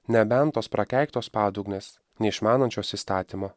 nebent tos prakeiktos padugnės neišmanančios įstatymo